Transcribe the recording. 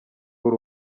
uri